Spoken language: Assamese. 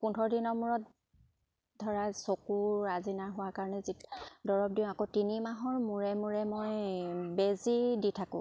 পোন্ধৰ দিনৰ মূৰত ধৰা চকুৰ আজিনা হোৱাৰ কাৰণে যি দৰৱ দিওঁ আকৌ তিনিমাহৰ মূৰে মূৰে মই বেজি দি থাকোঁ